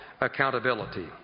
accountability